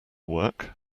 work